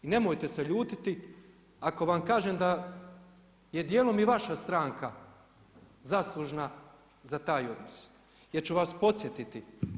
I nemojte se ljutiti ako vam kažem da je dijelom i vaša stranka zaslužna za taj odnos, jer ću vas podsjetiti.